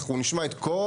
אנחנו נשמע את כל